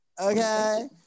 Okay